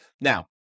Now